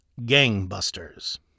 Gangbusters